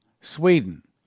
Sweden